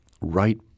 right